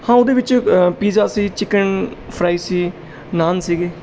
ਹਾਂ ਉਹਦੇ ਵਿੱਚ ਪੀਜ਼ਾ ਸੀ ਚਿਕਨ ਫਰਾਈ ਸੀ ਨਾਨ ਸੀਗੇ